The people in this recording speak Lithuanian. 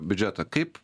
biudžetą kaip